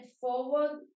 forward